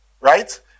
right